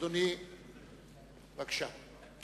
אדוני, בבקשה.